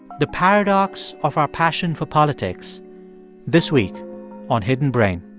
the paradox of our passion for politics this week on hidden brain